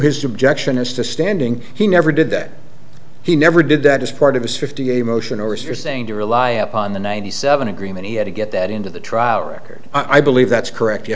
his objection is to standing he never did that he never did that as part of his fifty a motion or as you're saying to rely upon the ninety seven agreement he had to get that into the trial record i believe that's correct ye